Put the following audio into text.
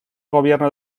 gobierno